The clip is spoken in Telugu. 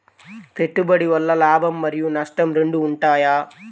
పెట్టుబడి వల్ల లాభం మరియు నష్టం రెండు ఉంటాయా?